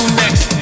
next